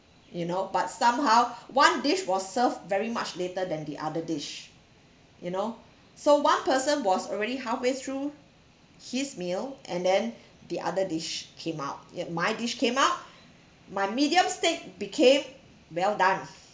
you know but somehow one dish was served very much later than the other dish you know so one person was already halfway through his meal and then the other dish came out yet my dish came out my medium steak became well done